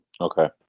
okay